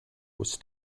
was